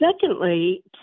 secondly